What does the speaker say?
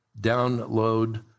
download